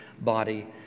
body